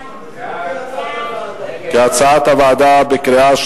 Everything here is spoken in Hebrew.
לא "כהצעת הוועדה".